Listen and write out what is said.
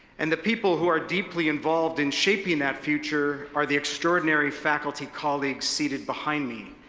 and the people who are deeply involved in shaping that future are the extraordinary faculty colleagues seated behind me,